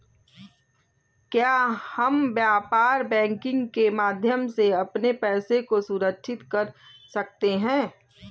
क्या हम व्यापार बैंकिंग के माध्यम से अपने पैसे को सुरक्षित कर सकते हैं?